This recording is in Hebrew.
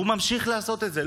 והוא ממשיך לעשות את זה,